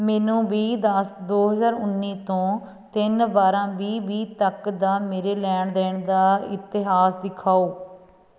ਮੈਨੂੰ ਵੀਹ ਦਸ ਦੋ ਹਜ਼ਾਰ ਉੱਨੀ ਤੋਂ ਤਿੰਨ ਬਾਰਾਂ ਵੀਹ ਵੀਹ ਤੱਕ ਦਾ ਮੇਰੇ ਲੈਣ ਦੇਣ ਦਾ ਇਤਿਹਾਸ ਦਿਖਾਓ